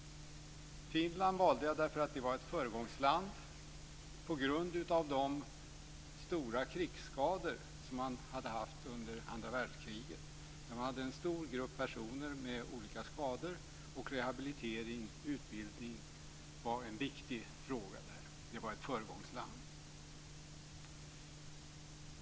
Finland valde jag därför att det var ett föregångsland. På grund av de stora krigsskador man hade haft under andra världskriget hade man där en stor grupp personer med olika skador, och rehabilitering och utbildning var en viktig fråga där. Det var ett föregångsland.